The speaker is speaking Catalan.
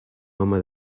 home